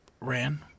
Ran